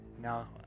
now